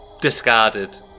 discarded